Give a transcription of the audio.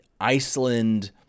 Iceland